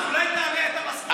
אנחנו נמשיך.